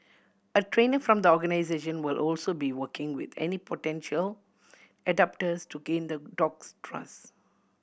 a trainer from the organisation will also be working with any potential adopters to gain the dog's trust